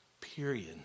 period